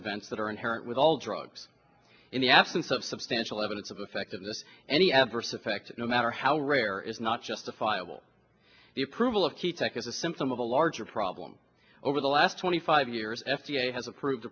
events that are inherent with all drugs in the absence of substantial evidence of effectiveness any adverse effect no matter how rare is not justifiable the approval of key tech is a symptom of a larger problem over the last twenty five years f d a has approved